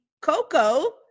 Coco